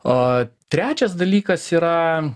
o trečias dalykas yra